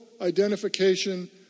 identification